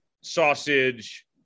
sausage